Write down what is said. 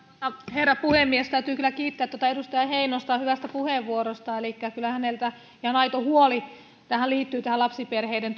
herra puhemies täytyy kyllä kiittää edustaja heinosta hyvästä puheenvuorosta elikkä kyllä hänellä ihan aito huoli liittyy tähän lapsiperheiden